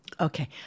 Okay